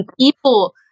people